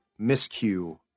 miscue